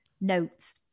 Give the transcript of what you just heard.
notes